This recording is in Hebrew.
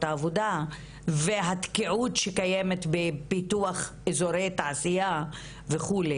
העבודה והתקיעות שקיימת בפיתוח איזורי תעשייה וכו',